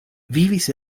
vivis